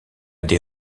des